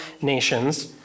nations